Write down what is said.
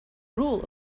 rule